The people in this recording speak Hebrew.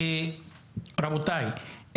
רבותיי,